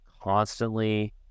constantly